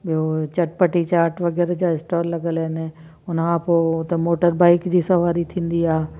ॿियो चटपटी चाट वगैरा जा स्टोल लॻल आइन हुनखां पो त मोटरबाइक जी सवारी थींदी आहे